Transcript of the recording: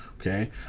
Okay